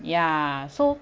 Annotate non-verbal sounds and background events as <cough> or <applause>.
ya so <noise>